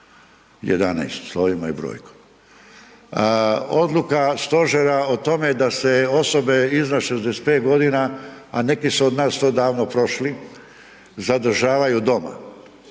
11 slovima i brojkom. Odluka stožera o tome da se osobe iznad 65.g., a neki su od nas to davno prošli, zadržavaju doma.